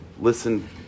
listen